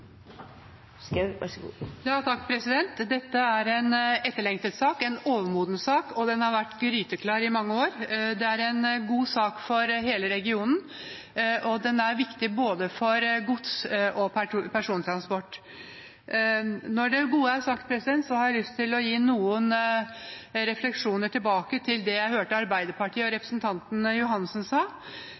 en god sak for hele regionen, og den er viktig for både gods- og persontransport. Når det gode er sagt, har jeg lyst til å gi noen refleksjoner tilbake til det jeg hørte Arbeiderpartiet og representanten Irene Johansen